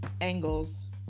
angles